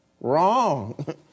Wrong